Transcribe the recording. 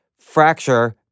fracture